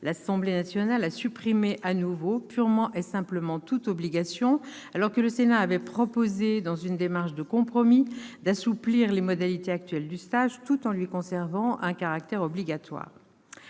l'Assemblée nationale a supprimé de nouveau purement et simplement toute obligation, alors que le Sénat avait proposé, dans une démarche de compromis, d'assouplir les modalités actuelles du stage, tout en lui conservant un caractère obligatoire.